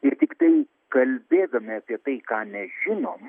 ir tiktai kalbėdami apie tai ką nežinom